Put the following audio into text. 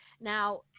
now